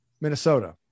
minnesota